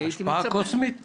השפעה קוסמית?